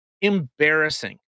embarrassing